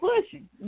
pushing